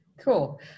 Cool